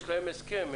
יש להם הסכם,